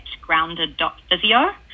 grounded.physio